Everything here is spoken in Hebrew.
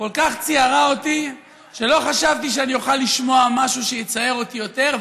כל כך ציערה אותי שלא חשבתי שאני אוכל לשמוע משהו שיצער אותי יותר,